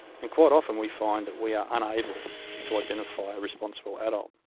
and quite often we find that we are unable to identify a responsible adult,